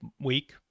week